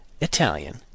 italian